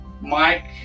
Mike